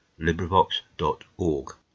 LibriVox.org